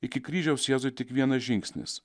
iki kryžiaus jėzui tik vienas žingsnis